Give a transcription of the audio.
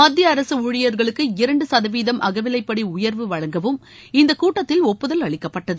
மத்திய அரசு ஊழியர்களுக்கு இரண்டு சதவீதம் அகவிலைப்படி உயர்வு வழங்கவும் இந்த கூட்டத்தில் ஒப்புதல் அளிக்கப்பட்டது